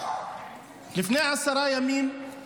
לפני עשרה ימים הרסו